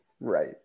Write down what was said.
Right